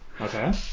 Okay